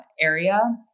area